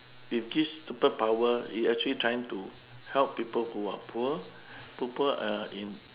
with his super power he actually trying to help people who are poor people are in